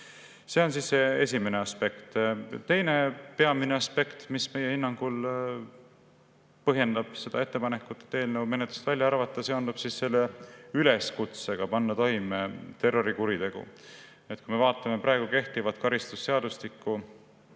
See on esimene aspekt. Teine peamine aspekt, mis meie hinnangul põhjendab seda ettepanekut, et eelnõu menetlusest välja arvata, seondub üleskutsega panna toime terrorikuritegu. Kui me vaatame praegu kehtivat karistusseadustiku